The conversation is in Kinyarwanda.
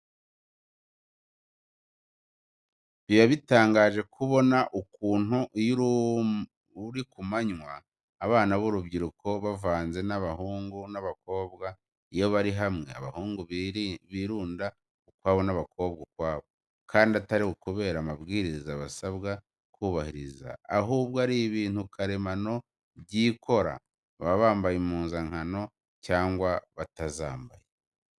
Biba bitangaje kubona ukuntu iyo ari ku manywa abana b'urubyiruko bavanze abahungu n'abakobwa, iyo bari hamwe, abahungu birunda ukwabo n'abakobwa ukwabo, kandi atari ukubera amabwiriza basabwa kubahiriza ahubwo ari ibintu karemano byikora, baba bambaye impuzankano cyangwa batazambaye.